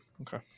Okay